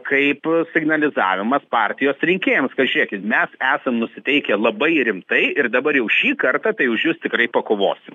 kaip signalizavimas partijos rinkėjams kad žiūrėkit mes esam nusiteikę labai rimtai ir dabar jau šį kartą tai už jus tikrai pakovosim